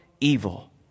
evil